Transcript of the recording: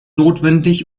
notwendig